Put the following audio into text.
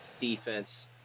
defense